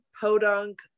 podunk